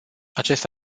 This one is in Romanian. acest